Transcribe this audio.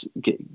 get